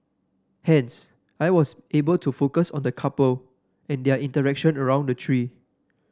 hence I was able to focus on the couple and their interaction around the tree